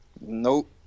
Nope